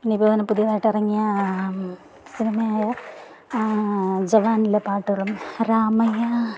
പിന്നെ ഇപ്പോൾ പുതിയതായിട്ട് ഇറങ്ങിയ സിനിമയായ ജഗാനിലെ പാട്ടുകളും റാമയ്യാ